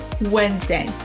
Wednesday